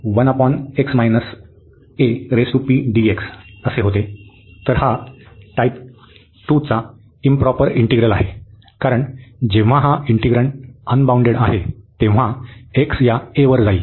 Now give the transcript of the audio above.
तर हा टाइप 2 चा इंप्रॉपर इंटिग्रल आहे कारण जेव्हा हा इंटिग्रण्ड अनबाऊंडेड आहे जेव्हा या वर जाईल